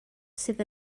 sydd